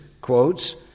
quotes